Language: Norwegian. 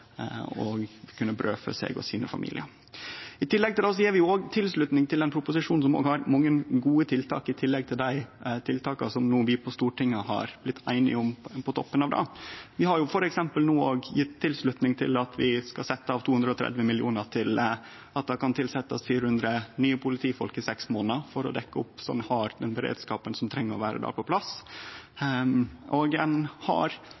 og late folk ha meiningsfylt arbeid og kunne brødfø seg og familien. I tillegg gjev vi tilslutning til ein proposisjon som har mange gode tiltak i tillegg til dei tiltaka vi på Stortinget no har blitt einige om. Vi har f.eks. no gjeve tilslutning til å setje av 230 mill. kr til at det kan tilsetjast 400 nye politifolk i seks månader for å dekkje opp slik at ein har den beredskapen ein treng å ha på plass. Ein